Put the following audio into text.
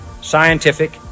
scientific